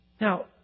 Now